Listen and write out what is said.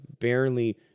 barely